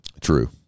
True